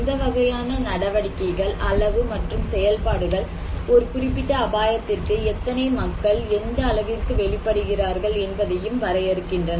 எந்த வகையான நடவடிக்கைகள் அளவு மற்றும் செயல்பாடுகள் ஒரு குறிப்பிட்ட அபாயத்திற்கு எத்தனை மக்கள் எந்த அளவிற்கு வெளிப்படுகிறார்கள் என்பதையும் வரையறுக்கின்றன